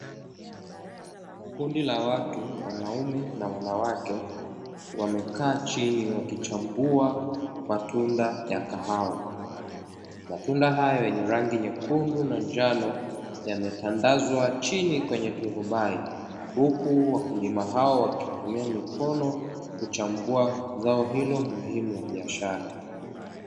Kundi la watu, wanaume na wanawake, wamekaa chini wakichambua matunda ya kahawa. Matunda hayo yenye rangi nyekundu na njano yametandazwa chini kwenye turubai, huku wakulima hao wakitumia mikono kuchambua zao hilo muhimu la biashara.